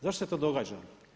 Zašto se to događa?